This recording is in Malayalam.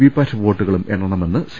വി പാറ്റ് വോട്ടു കളും എണ്ണമെന്ന് സി